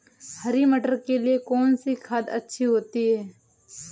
हरी मटर के लिए कौन सी खाद अच्छी होती है?